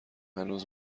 هنوز